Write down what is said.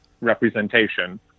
representation